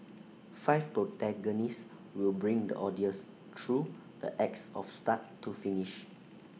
five protagonists will bring the audience through the acts of start to finish